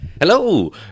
Hello